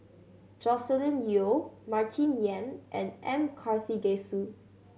Joscelin Yeo Martin Yan and M Karthigesu